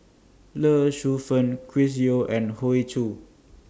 Lee Shu Fen Chris Yeo and Hoey Choo